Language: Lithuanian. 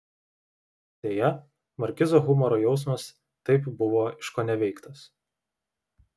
deja markizo humoro jausmas taip buvo iškoneveiktas